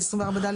24(ד),